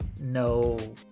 no